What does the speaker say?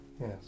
Yes